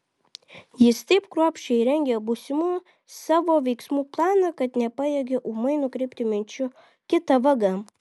jis taip kruopščiai rengė būsimų savo veiksmų planą kad nepajėgė ūmai nukreipti minčių kita vaga